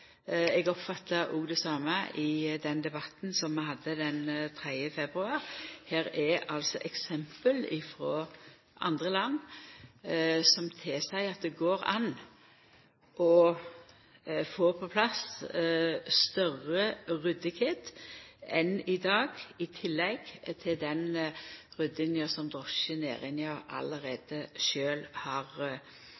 Eg oppfatta òg det same i den debatten vi hadde den 3. februar i år. Her er altså eksempel frå andre land som tilseier at det går an å få på plass meir ryddige forhold enn i dag, i tillegg til den oppryddinga som